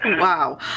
Wow